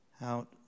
out